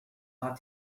about